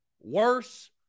Worse